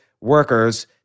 workers